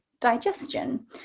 digestion